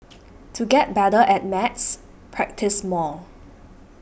to get better at maths practise more